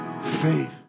faith